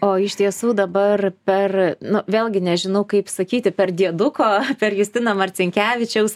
o iš tiesų dabar per nu vėlgi nežinau kaip sakyti per dieduko per justino marcinkevičiaus